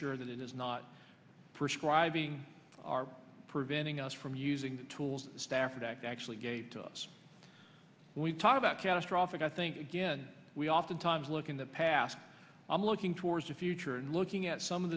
sure that it is not prescribing are preventing us from using the tools the stafford act actually gave to us when we talk about catastrophic i think again we oftentimes look in the past i'm looking towards the future and looking at some of